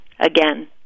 again